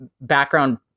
background